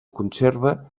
conserva